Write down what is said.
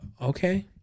Okay